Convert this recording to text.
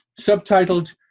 subtitled